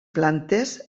plantes